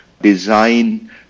design